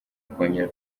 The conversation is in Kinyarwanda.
kongera